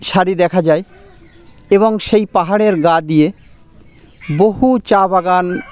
সারি দেখা যায় এবং সেই পাহাড়ের গা দিয়ে বহু চা বাগান